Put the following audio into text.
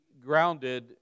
grounded